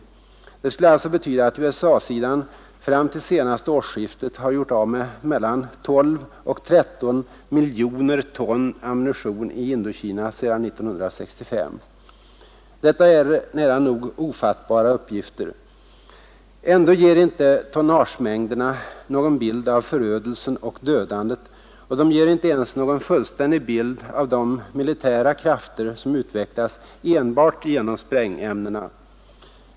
Det skulle alltså betyda att USA-sidan fram till senaste årsskiftet har gjort av med mellan 12 och 13 miljoner ton ammunition i Indokina sedan 1965. Detta är nära nog ofattbara uppgifter. Ändå ger inte tonnagemängderna någon bild av förödelsen eller dödandet, och de ger inte ens någon fullständig bild av de militära krafter som utvecklas enbart genom sprängämnena.